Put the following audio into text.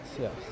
yes